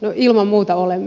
no ilman muuta olemme